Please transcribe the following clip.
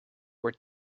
were